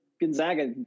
Gonzaga